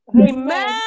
Amen